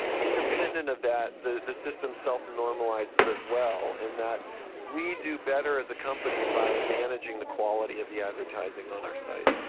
independent of that the the system self-normalises as well in that we do better as a company by managing the quality of the advertising on our site.